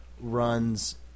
runs